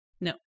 No